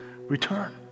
Return